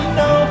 no